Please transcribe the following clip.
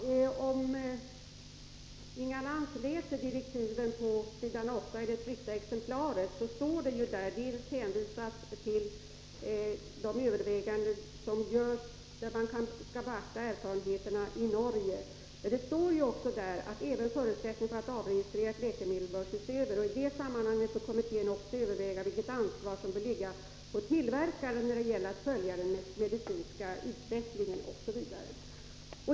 Herr talman! Om Inga Lantz läser direktiven på s. 8 i det tryckta exemplaret finner hon att det där står dels att man vid de överväganden som görs skall beakta erfarenheter i Norge, dels att man även skall se över förutsättningarna för att avregistrera ett läkemedel. I det sammanhanget bör kommittén också överväga vilket ansvar som bör ligga på tillverkaren när det gäller att följa den medicinska utvecklingen osv.